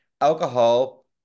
Alcohol